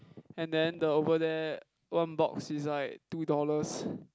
and then the over there one box is like two dollars